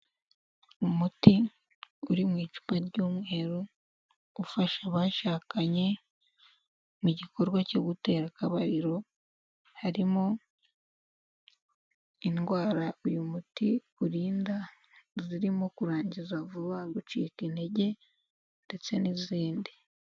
Umuti uri mu icupa ry'umweru, ufasha abashakanye mu gikorwa cyo gutera akabariro harimo indwara uyu muti urinda zirimo kurangiza vuba, gucika intege ndetse n'izindi.